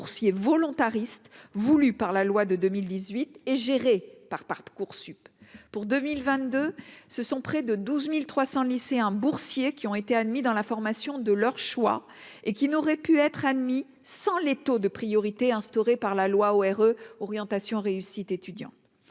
boursiers volontaristes, voulus par la loi de 2018 et géré par Parcoursup pour 2022, ce sont près de 12300 lycéens boursiers qui ont été admis dans la formation de leur choix et qui n'aurait pu être admis sans les taux de priorité instauré par la loi, Where orientation réussite étudiant